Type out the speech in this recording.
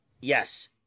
Yes